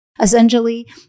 essentially